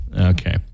Okay